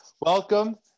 Welcome